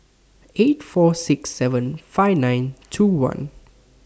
eight four six seven five nine two one